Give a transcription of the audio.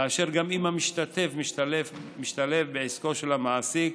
כאשר גם אם המשתתף משתלב בעסקו של המעסיק,